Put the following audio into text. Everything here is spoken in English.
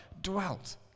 dwelt